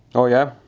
oh yeah?